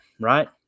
right